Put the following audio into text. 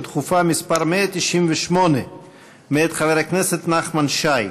דחופה מס' 198 מאת חבר הכנסת נחמן שי.